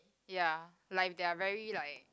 ya like if they are very like